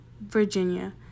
Virginia